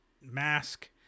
mask